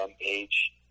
age